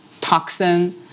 toxin